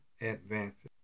advances